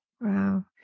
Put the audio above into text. Wow